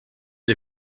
gli